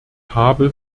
habe